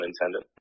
intended